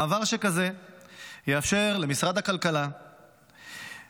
מעבר שכזה יאפשר למשרד הכלכלה והתעשייה,